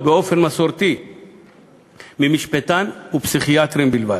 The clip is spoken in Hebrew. באופן מסורתי ממשפטן ומפסיכיאטרים בלבד.